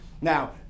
Now